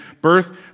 birth